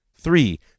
Three